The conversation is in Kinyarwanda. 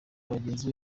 bagenzi